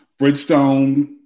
Bridgestone